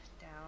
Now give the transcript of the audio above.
down